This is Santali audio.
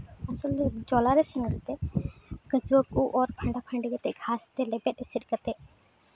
ᱟᱥᱚᱞ ᱫᱚ ᱡᱚᱞᱟᱨᱮ ᱥᱮᱱ ᱠᱟᱛᱮᱫ ᱠᱤᱪᱩᱣᱟᱹ ᱠᱚ ᱚᱨ ᱯᱷᱟᱸᱰᱟ ᱯᱷᱟᱹᱰᱤ ᱠᱟᱛᱮᱫ ᱜᱷᱟᱥ ᱛᱮ ᱞᱮᱵᱮᱫ ᱮᱥᱮᱫ ᱠᱟᱛᱮᱫ